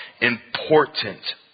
important